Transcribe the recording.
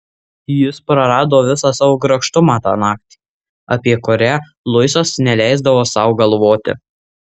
jis prarado visą savo grakštumą tą naktį apie kurią luisas neleisdavo sau galvoti